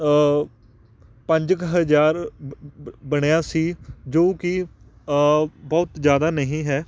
ਪੰਜ ਕੁ ਹਜ਼ਾਰ ਬ ਬ ਬਣਿਆ ਸੀ ਜੋ ਕਿ ਬਹੁਤ ਜ਼ਿਆਦਾ ਨਹੀਂ ਹੈ